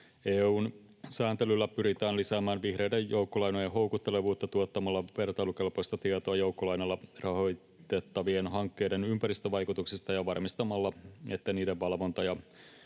EU:n sääntelyllä pyritään lisäämään vihreiden joukkolainojen houkuttelevuutta tuottamalla vertailukelpoista tietoa joukkolainalla rahoitettavien hankkeiden ympäristövaikutuksista ja varmistamalla, että niiden valvonta ja